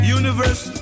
universe